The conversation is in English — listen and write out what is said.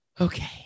Okay